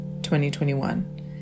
2021